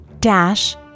dash